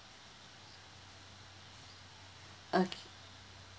okay